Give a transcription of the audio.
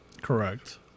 Correct